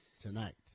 tonight